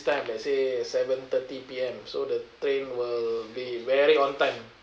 time they say seven thirty P_M so the train will be very on time